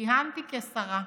כיהנתי כשרה,